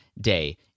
day